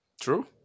true